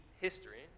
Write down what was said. history